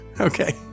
Okay